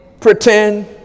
Pretend